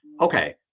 okay